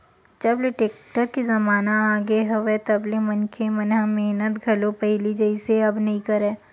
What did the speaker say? जब ले टेक्टर के जमाना आगे हवय तब ले मनखे मन ह मेहनत घलो पहिली जइसे अब नइ करय